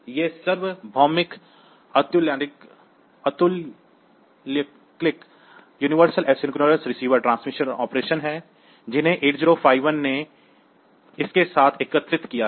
ये सार्वभौमिक अतुल्यकालिक रिसीवर ट्रांसमीटर ऑपरेशन हैं जिन्हें 8051 ने इसके साथ एकीकृत किया है